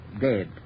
dead